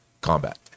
combat